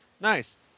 Nice